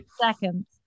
Seconds